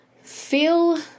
feel